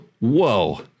Whoa